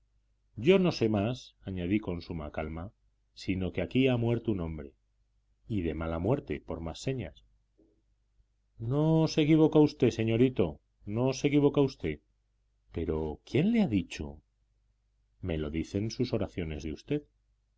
yo no sé más añadí con suma calma sino que aquí ha muerto un hombre y de mala muerte por más señas no se equivoca usted señorito no se equivoca usted pero quién le ha dicho me lo dicen sus oraciones de usted